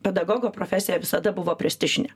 pedagogo profesija visada buvo prestižinė